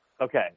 okay